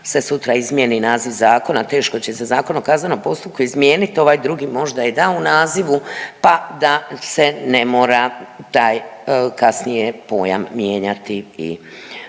se sutra izmijeni naziv zakona, teško će se Zakon o kaznenom postupku izmijeniti, ovaj drugi možda i da u nazivu, pa da se ne mora taj kasnije pojam mijenjati